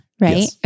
right